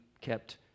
kept